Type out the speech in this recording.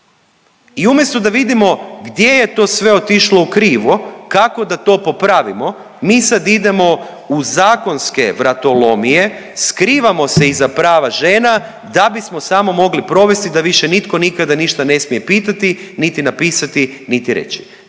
I umjesto da vidimo gdje je to sve otišlo u krivo, kako da to popravimo mi sad idemo u zakonske vratolomije, skrivamo se iza prava žena da bismo samo mogli provesti da više nitko nikada ništa ne smije pitati, niti napisati, niti reći.